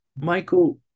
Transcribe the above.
Michael